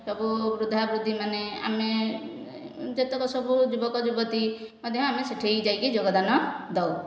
ସବୁ ବୃଦ୍ଧାବୃଦ୍ଧି ମାନେ ଆମେ ଯେତେକ ସବୁ ଯୁବକ ଯୁବତୀ ମଧ୍ୟ ଆମେ ସେଠେଇ ଯାଇକି ଯୋଗଦାନ ଦେଉ